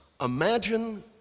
Imagine